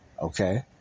okay